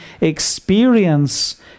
experience